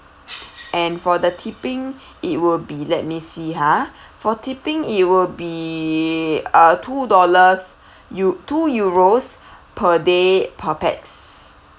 and for the tipping it will be let me see ah for tipping it will be uh two dollars eu~ two euros per day per pax